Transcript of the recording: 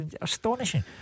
astonishing